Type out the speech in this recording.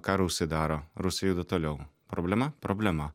ką rusai daro rusai juda toliau problema problema